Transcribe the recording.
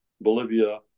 Bolivia